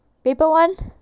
paper one